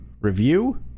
Review